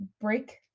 break